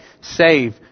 save